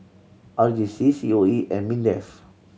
R J C C O E and MINDEF